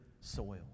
soil